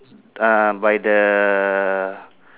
uh by the